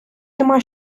нема